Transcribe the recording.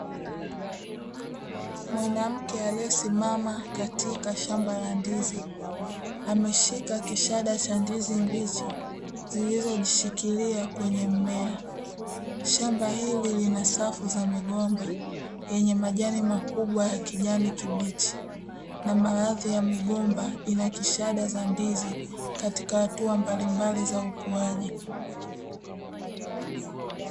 Mwanamke aliyesimama katika shamba la ndizi ameshika kishada cha ndizi mbichi zilizojishikilia kwenye mmea. Shamba hili lina safu za migomba yanye majani makubwa ya kijani kibichi na baadhi ya migomba inakishada cha ndizi katika hatua mbalimbali za ukuaji.